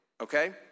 Okay